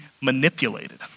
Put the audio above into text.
manipulated